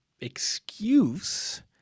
excuse